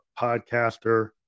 podcaster